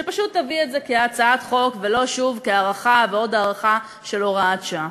שפשוט תביא את זה כהצעת חוק ולא שוב כהארכה ועוד הארכה של הוראת שעה.